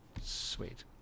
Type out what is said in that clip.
sweet